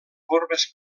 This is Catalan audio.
corbes